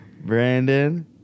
Brandon